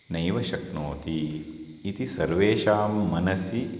नैव शक्नोति इति सर्वेषां मनसि